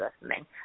listening